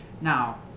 now